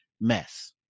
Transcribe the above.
mess